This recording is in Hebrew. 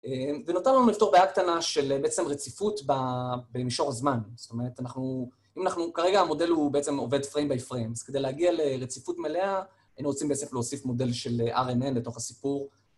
ונותר לנו לפתור בעיה קטנה של בעצם רציפות במישור הזמן, זאת אומרת, אנחנו... אם אנחנו... כרגע המודל הוא בעצם עובד פריים ביי פריים, אז כדי להגיע לרציפות מלאה, היינו רוצים בעצם להוסיף מודל של RNN לתוך הסיפור.